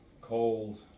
cold